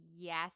Yes